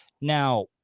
now